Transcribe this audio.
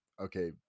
okay